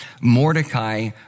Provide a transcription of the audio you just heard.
Mordecai